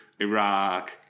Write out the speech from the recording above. Iraq